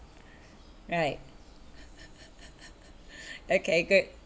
right okay good